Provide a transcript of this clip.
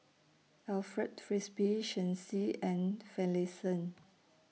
Alfred Frisby Shen Xi and Finlayson